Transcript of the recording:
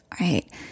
right